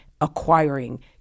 acquiring